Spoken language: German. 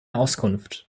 auskunft